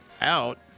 out